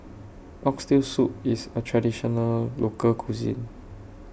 Oxtail Soup IS A Traditional Local Cuisine